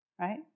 Right